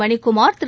மணிக் குமார் திரு